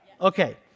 Okay